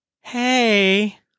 hey